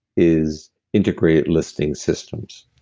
is integrated listening systems